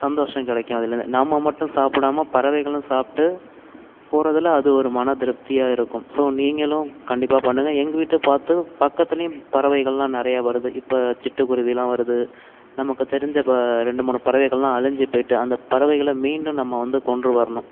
சந்தோஷம் கிடைக்கும் அதுலேர்ந்து நம்ம மட்டும் சாப்பிடாம பறவைகளும் சாப்பிட்டு போகறதுல அது ஒரு மன திருப்தியாக இருக்கும் ஸோ நீங்களும் கண்டிப்பாக பண்ணுங்கள் எங்கள் வீட்டை பார்த்து பக்கத்துலையும் பறவைகள்லாம் நிறைய வருது இப்போ சிட்டுக்குருவில்லாம் வருது நமக்கு தெரிஞ்ச ரெண்டு மூணு பறவைகள்லாம் அழிஞ்சு போய்ட்டு அந்த பறவைகளை மீண்டும் நம்ம வந்து கொண்டு வரணும்